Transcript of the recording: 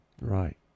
Right